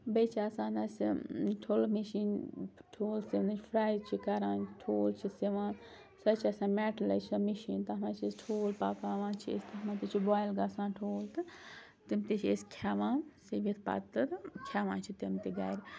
بیٚیہِ چھِ آسان اَسہِ ٹھُلہٕ مِشیٖن ٹھوٗل سِونِچ فرٛے چھِ کَران ٹھوٗل چھِ سِوان سۅ چھِ آسان مٮ۪ٹلے سۄ مِشیٖن تَتھ منٛز چھِ أسۍ ٹھوٗل پَکاوان چھِ أسۍ تَتھ منٛز تہِ چھِ بوایِل گَژھان ٹھوٗل تہٕ تِم تہِ چھِ أسۍ کھٮ۪وان سِوِتھ پَتہٕ تہٕ کھٮ۪وان چھِ تِم تہِ گَرِ